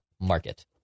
market